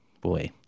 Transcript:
boy